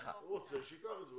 הוא רוצה שייקח את זה,